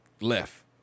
left